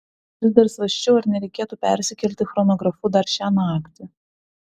vis dar svarsčiau ar nereikėtų persikelti chronografu dar šią naktį